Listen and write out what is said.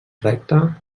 recte